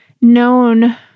known